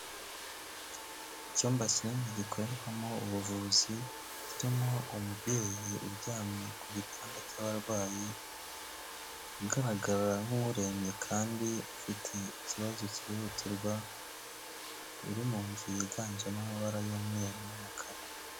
Icyumba kinini gikorerwamo ubuvuzi kirimo umubyeyi uryamye ku gitanda cy'abarwayi, agaragara nk'urembye kandi ufite ikibazo cyihutirwa, uri mu nzu yiganjemo amabara y'umweru n'umukara.